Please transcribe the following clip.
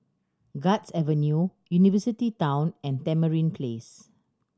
Guards Avenue University Town and Tamarind Place